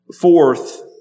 Fourth